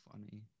funny